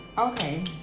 Okay